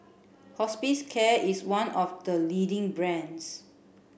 Hospicare is one of the leading brands